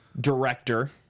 director